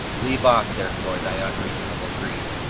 leave off, therefore, thy unreasonable grief,